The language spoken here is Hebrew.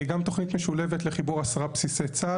גם תוכנית משולבת לחיבור עשרה בסיסי צה"ל.